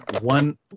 one